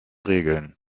regeln